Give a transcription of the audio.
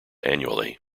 annually